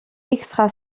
extra